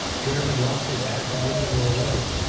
german losses half a million already.